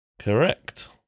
Correct